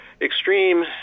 extreme